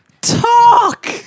talk